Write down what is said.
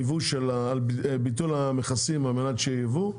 על ביטול המכסים על מנת שיהיה יבוא,